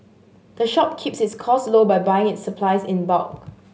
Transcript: the shop keeps its costs low by buying its supplies in bulk